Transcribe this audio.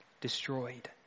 destroyed